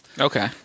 Okay